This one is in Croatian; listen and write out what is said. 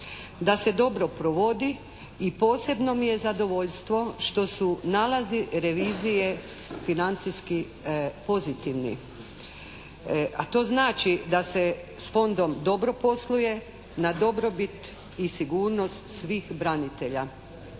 da se dobro provodi i posebno mi je zadovoljstvo što su nalazi revizije financijski pozitivni. A to znači da se s Fondom dobro posluje, na dobrobit i sigurnost svih branitelja.